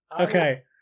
Okay